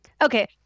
Okay